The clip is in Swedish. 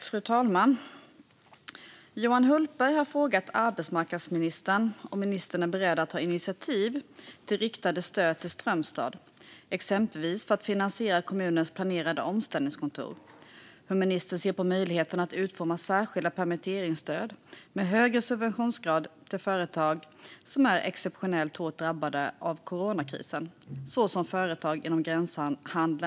Fru talman! Johan Hultberg har frågat arbetsmarknadsministern om ministern är beredd att ta initiativ till riktade stöd till Strömstad, exempelvis för att finansiera kommunens planerade omställningskontor och hur ministern ser på möjligheten att utforma särskilda permitteringsstöd med högre subventionsgrad till företag som är exceptionellt hårt drabbade av coronakrisen, såsom företag inom gränshandeln.